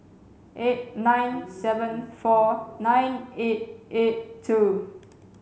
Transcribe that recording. eight nine seven four nine eight eight two